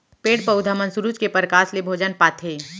पेड़ पउधा मन सुरूज के परकास ले भोजन पाथें